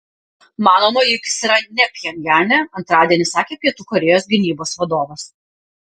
manoma jog jis yra ne pchenjane antradienį sakė pietų korėjos gynybos vadovas